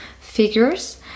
figures